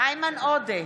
איימן עודה,